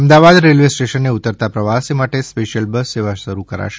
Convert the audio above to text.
Ahmedabad railway સ્ટેશને ઉતરતા પ્રવાસી માટે સ્પેસિયલ બસ સેવા શરૂ કરાશે